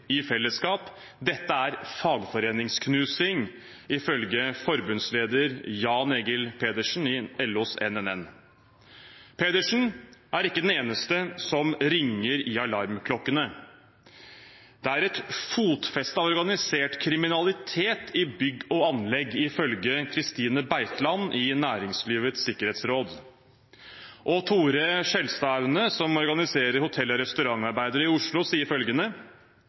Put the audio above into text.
i fellesskap. Dette er fagforeningsknusing, ifølge forbundsleder Jan-Egil Pedersen i LOs NNN, Norsk Nærings- og Nytelsesmiddelarbeiderforbund. Pedersen er ikke den eneste som ringer med alarmklokkene. Det er et fotfeste for organisert kriminalitet i bygg og anlegg, ifølge Kristine Beitland i Næringslivets Sikkerhetsråd. Tore Skjelstadaune, som organiserer hotell- og restaurantarbeidere i Oslo, sier følgende: